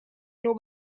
nur